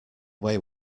way